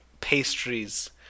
pastries